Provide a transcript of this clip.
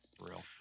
real